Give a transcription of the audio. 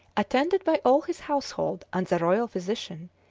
attended by all his household and the royal physician,